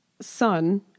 Son